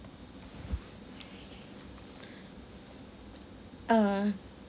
uh